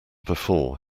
before